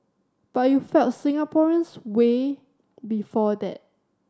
but you felt Singaporeans way before that